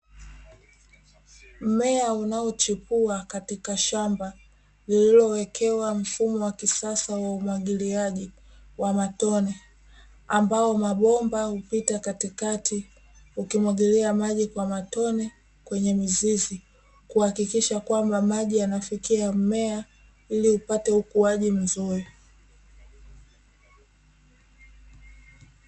Mmea unaochipua katika shamba lililowekewa mfumo wa kisasa wa umwagiliaji wa matone, ambao mabomba hupita katikati ukimwagilia maji kwa matone kwenye mizizi, kuhakikisha kwamba maji yanafikia mmea, ili upate ukuaji mzuri.